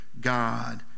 God